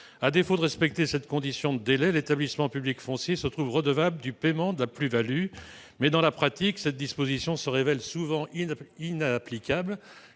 À défaut de respecter cette condition de délai, l'EPFL se trouve redevable du paiement de la plus-value. Dans la pratique, cette disposition se révèle souvent inapplicable,